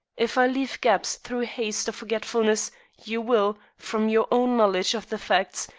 if i leave gaps through haste or forgetfulness you will, from your own knowledge of the facts,